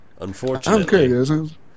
Unfortunately